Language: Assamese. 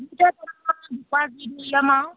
আৰু